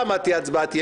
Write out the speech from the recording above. אני מאוד מסתקרן לדעת.